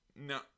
no